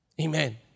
Amen